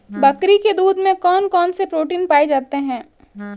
बकरी के दूध में कौन कौनसे प्रोटीन पाए जाते हैं?